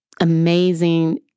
amazing